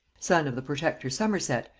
son of the protector somerset,